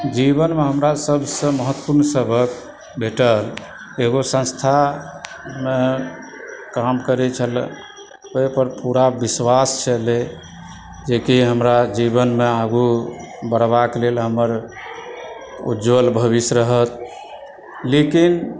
जीवनमऽ हमरा सभसँ महत्वपुर्ण सबक भेटल एगो संस्थामे काम करय छल ओहिपर पुरा विश्वास छलय जेकि हमरा जीवनमे आगु बढ़बाक लेल हमर उज्ज्वल भविष्य रहत लेकिन